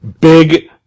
big